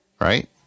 right